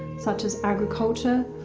such as agriculture,